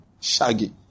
Shaggy